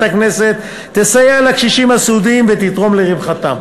הכנסת תסייע לקשישים הסיעודיים ותתרום לרווחתם.